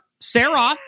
Sarah